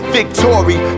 victory